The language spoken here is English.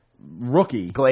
rookie